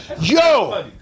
Yo